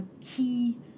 key